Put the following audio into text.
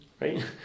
right